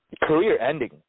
Career-ending